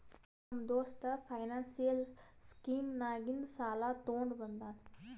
ನಮ್ಮ ದೋಸ್ತ financial scheme ನಾಗಿಂದೆ ಸಾಲ ತೊಂಡ ಬಂದಾನ್